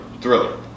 Thriller